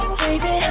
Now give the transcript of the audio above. baby